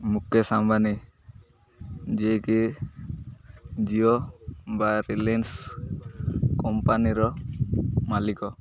ମୁକେଶ ଅମ୍ବାନୀ ଯିଏକି ଜିଓ ବା ରିଲାଏନ୍ସ କମ୍ପାନୀର ମାଲିକ